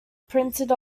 printed